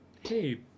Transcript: hey